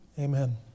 Amen